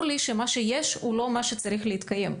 לי שמה שיש הוא לא מה שצריך להתקיים,